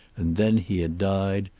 and then he had died,